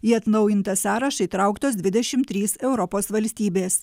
į atnaujintą sąrašą įtrauktos dvidešimt trys europos valstybės